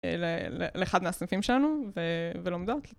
לאחד מהסניפים שלנו ולומדות...